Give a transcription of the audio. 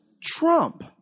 Trump